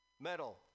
metal